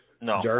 no